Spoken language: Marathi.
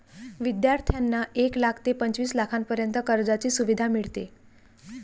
विद्यार्थ्यांना एक लाख ते पंचवीस लाखांपर्यंत कर्जाची सुविधा मिळते